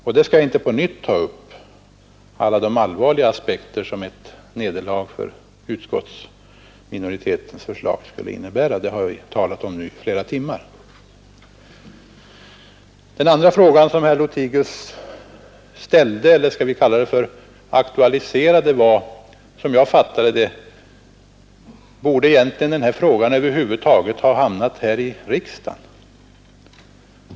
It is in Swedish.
Men jag skall inte på nytt ta upp alla de allvarliga aspekter som ett nederlag för utskottsminoritetens förslag skulle innebära; den saken har vi talat om nu i flera timmar. Herr Lothigius aktualiserade också, om jag fattade honom rätt, följande problem: Borde den här frågan över huvud taget ha hamnat här i riksdagen?